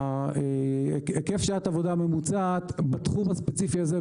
היקף שעת עבודה ממוצעת בתחום הספציפי הזה,